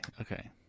Okay